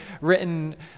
written